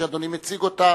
שאדוני מציג אותה